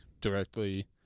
directly